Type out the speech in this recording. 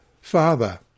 Father